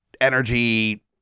energy